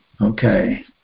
Okay